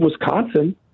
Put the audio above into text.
Wisconsin